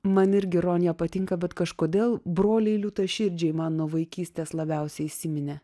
man irgi ronja patinka bet kažkodėl broliai liūtaširdžiui man nuo vaikystės labiausiai įsiminė